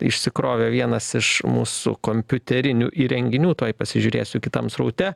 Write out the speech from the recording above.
išsikrovė vienas iš mūsų kompiuterinių įrenginių tuoj pasižiūrėsiu kitam sraute